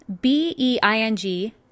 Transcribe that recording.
B-E-I-N-G